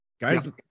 guys